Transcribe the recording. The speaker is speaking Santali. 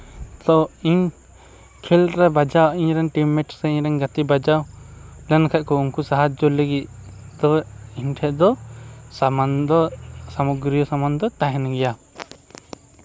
ᱛᱳ ᱤᱧ ᱠᱷᱮᱞᱨᱮ ᱵᱟᱡᱟᱣ ᱤᱧ ᱨᱮᱱ ᱴᱤᱢ ᱢᱮᱱᱴ ᱥᱮ ᱤᱧ ᱨᱮᱱ ᱜᱟᱛᱮ ᱵᱟᱡᱟᱣ ᱞᱮᱱᱠᱷᱟᱱ ᱠᱚ ᱩᱱᱠᱩ ᱥᱟᱦᱟᱡᱡᱚ ᱞᱟᱹᱜᱤᱫ ᱛᱳ ᱤᱧ ᱴᱷᱮᱡ ᱫᱚ ᱥᱟᱢᱟᱱ ᱫᱚ ᱥᱟᱢᱚᱜᱨᱤᱠ ᱥᱟᱢᱟᱱ ᱫᱚ ᱛᱟᱦᱮᱱ ᱜᱮᱭᱟ